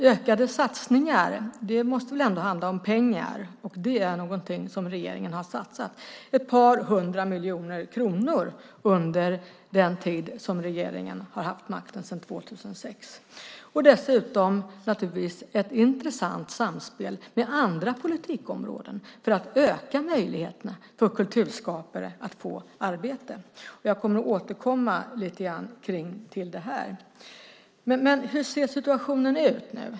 Ökade satsningar måste väl handla om pengar, och det är någonting som regeringen har satsat - ett par hundra miljoner kronor under den tid som regeringen haft makten sedan 2006. Dessutom har vi naturligtvis ett intressant samspel med andra politikområden för att öka möjligheterna för kulturskapare att få arbete. Jag återkommer till det. Hur ser situationen ut nu?